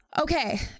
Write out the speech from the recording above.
Okay